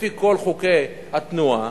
לפי כל חוקי התנועה,